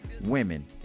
women